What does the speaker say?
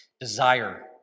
desire